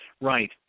Right